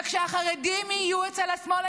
וכשהחרדים יהיו אצל השמאל,